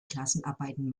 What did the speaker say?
klassenarbeiten